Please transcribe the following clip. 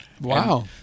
Wow